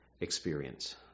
experience